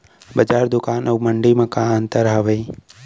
बजार, दुकान अऊ मंडी मा का अंतर हावे?